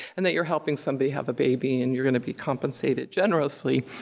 and that you're helping somebody have a baby and you're gonna be compensated generously.